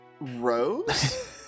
Rose